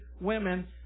women